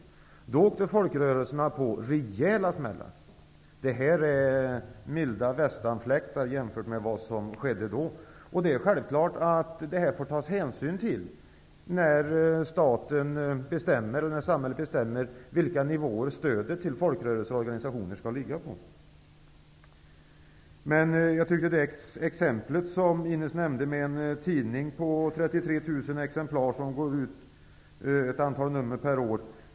Då åkte folkrörelserna på rejäla smällar. Det här är milda västanfläktar jämfört med vad som skedde då. Men det är självklart att detta får det tas hänsyn till när samhället bestämmer vilken nivå stödet till folkrörelser och organisationer skall ligga på. Ines Uusmann nämnde som exempel en tidning som går ut i 33 000 exemplar med ett antal nummer per år.